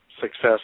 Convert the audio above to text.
success